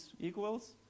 equals